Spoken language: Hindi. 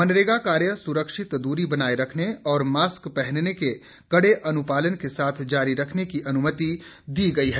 मनरेगा कार्य सुरक्षित दूरी बनाए रखने और मास्क पहनने के कड़े अनुपालन के साथ जारी रखने की अनुमति दी गई है